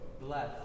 bless